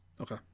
Okay